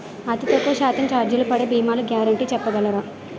అతి తక్కువ శాతం ఛార్జీలు పడే భీమాలు గ్యారంటీ చెప్పగలరా?